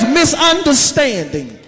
misunderstanding